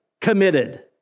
committed